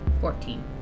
Fourteen